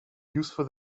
useful